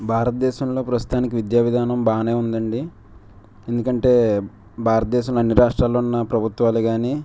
భారతదేశంలో ప్రస్తుతానికి విద్యా విధానం బాగానే ఉందండి ఎందుకంటే భారతదేశంలో అన్ని రాష్ట్రాల్లో ఉన్న ప్రభుత్వాలు కానీ